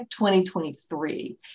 2023